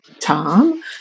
Tom